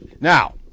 Now